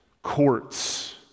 courts